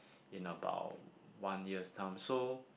in about one year's time so